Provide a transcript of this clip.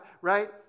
right